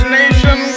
nation